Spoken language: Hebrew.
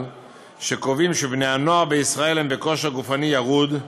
שקובעים שבני הנוער בישראל הם בכושר גופני ירוד.